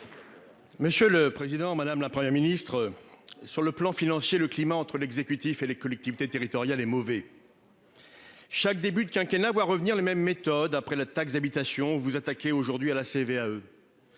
Monsieur le président, madame la Première ministre, mes chers collègues, sur le plan financier, le climat entre l'exécutif et les collectivités territoriales est mauvais. Chaque début de quinquennat voit revenir les mêmes méthodes. Après la taxe d'habitation, vous vous attaquez aujourd'hui à la